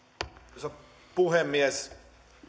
arvoisa puhemies